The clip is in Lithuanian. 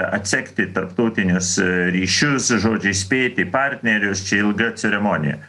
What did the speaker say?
atsekti tarptautinius ryšius žodžiu įspėti partnerius čia ilga ceremonija